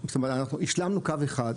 אנחנו השלמנו קו אחד,